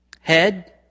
head